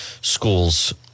schools